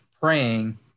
praying